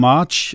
March